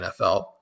nfl